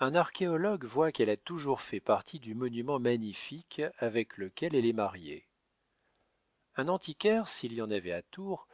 un archéologue voit qu'elle a toujours fait partie du monument magnifique avec lequel elle est mariée un antiquaire s'il y en avait à tours